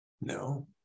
No